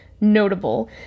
notable